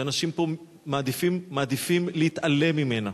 שאנשים פה מעדיפים להתעלם ממנה: